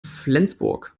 flensburg